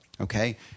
okay